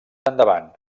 endavant